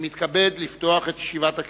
אני מתכבד לפתוח את ישיבת הכנסת.